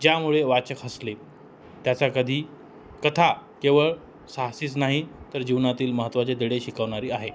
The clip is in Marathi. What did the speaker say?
ज्यामुळे वाचक हसले त्याचा कधी कथा केवळ साहसीच नाही तर जीवनातील महत्त्वाचे धडे शिकवणारी आहे